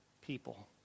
people